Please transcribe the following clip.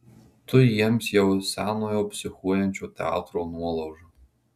tu jiems jau senojo psichuojančio teatro nuolauža